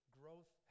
growth